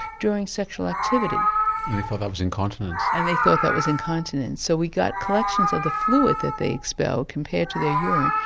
during sexual activity. and they thought that was incontinence. and they thought that was incontinence, so we got collections of the fluid that they expelled compared to their urine,